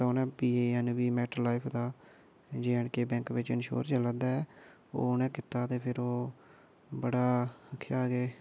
कीता उ'नें P N B MetLife दा जे एंड के बैंक बिच इंश्योर चला दा ऐ ओह् उ'नें कीता ते फिर ओह् बड़ा आखेआ के